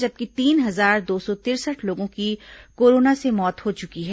जबकि तीन हजार दो सौ तिरसठ लोगों की कोरोना से मौत हो चुकी है